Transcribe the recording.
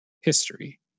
history